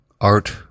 art